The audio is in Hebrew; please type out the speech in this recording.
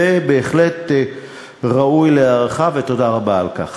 זה בהחלט ראוי להערכה, ותודה רבה על כך.